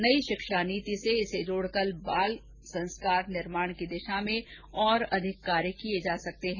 नई शिक्षा नीति से इसे जोडकर बाल संस्कार निर्माण की दिशा में और अधिक कार्य किए जा सकते हैं